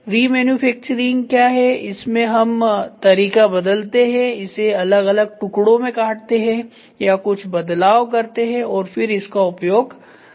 री मैन्युफैक्चरिंग क्या है इसमें हम तरीका बदलते हैं इसे अलग अलग टुकड़ों में काटते हैं या कुछ बदलाव करते हैं और फिर इसका उपयोग करते हैं